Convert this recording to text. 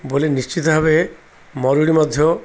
ବୋଲେ ନିଶ୍ଚିତ ଭାବେ ମରୁଡ଼ି ମଧ୍ୟ